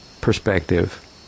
perspective